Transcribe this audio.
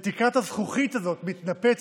את תקרת הזכוכית הזאת מתנפצת,